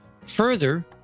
Further